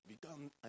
become